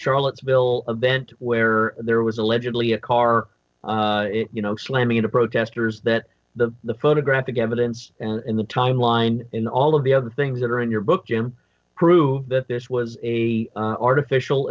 charlottesville bent where there was allegedly a car you know slamming into protesters that the the photographic evidence in the timeline in all of the other things that are in your book jim prove that this was artificial